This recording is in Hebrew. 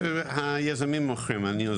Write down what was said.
היזמים מוכרים; אני עוזר.